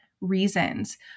reasons